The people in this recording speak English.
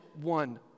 one